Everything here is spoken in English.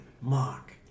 Mark